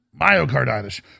myocarditis